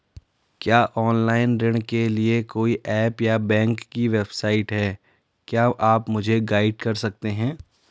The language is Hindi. क्या ऑनलाइन ऋण के लिए कोई ऐप या बैंक की वेबसाइट है क्या आप मुझे गाइड कर सकते हैं?